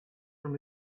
from